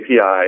API